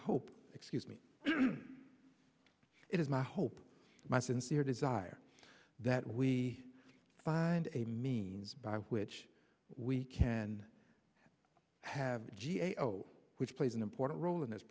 hope excuse me it is my hope my sincere desire that we find a means by which we can have the g a o which plays an important role in this